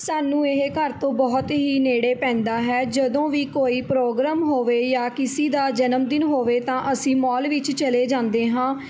ਸਾਨੂੰ ਇਹ ਘਰ ਤੋਂ ਬਹੁਤ ਹੀ ਨੇੜੇ ਪੈਂਦਾ ਹੈ ਜਦੋਂ ਵੀ ਕੋਈ ਪ੍ਰੋਗਰਾਮ ਹੋਵੇ ਜਾਂ ਕਿਸੇ ਦਾ ਜਨਮ ਦਿਨ ਹੋਵੇ ਤਾਂ ਅਸੀਂ ਮੋਲ ਵਿੱਚ ਚਲੇ ਜਾਂਦੇ ਹਾਂ